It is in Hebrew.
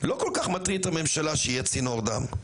לא כל כך מטריד את הממשלה שיהיה צינור דם.